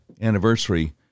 anniversary